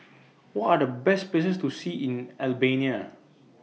What Are The Best Places to See in Albania